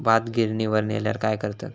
भात गिर्निवर नेल्यार काय करतत?